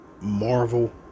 Marvel